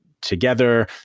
together